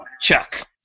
Chuck